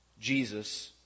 Jesus